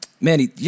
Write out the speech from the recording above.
Manny